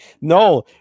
No